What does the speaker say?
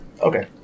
Okay